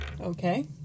Okay